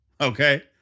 okay